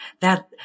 That-